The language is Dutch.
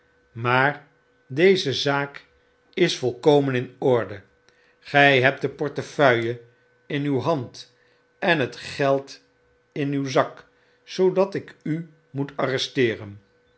maar deze zaak is volkomen in orde gij hebt de portefeuille in uw hand en het geld in uw zak zoodat ik u moet